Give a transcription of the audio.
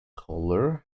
colour